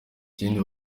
ikindi